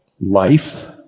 life